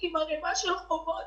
עם ערימה של חובות.